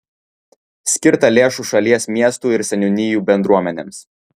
skirta lėšų šalies miestų ir seniūnijų bendruomenėms